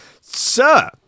sir